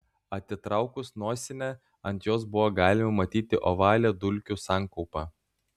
atitraukus nosinę ant jos buvo galima matyti ovalią dulkių sankaupą